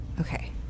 Okay